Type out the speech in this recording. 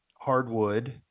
hardwood